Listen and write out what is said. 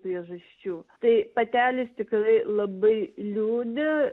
priežasčių tai patelės tikrai labai liūdi